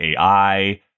AI